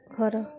ଘର